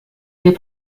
les